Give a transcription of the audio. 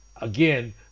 Again